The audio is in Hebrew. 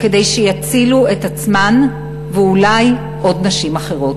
כדי שיצילו את עצמן ואולי עוד נשים אחרות.